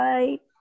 Bye